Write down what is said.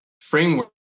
framework